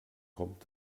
kommt